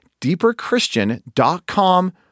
deeperchristian.com